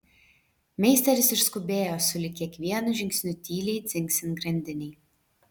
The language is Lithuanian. meisteris išskubėjo sulig kiekvienu žingsniu tyliai dzingsint grandinei